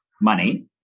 money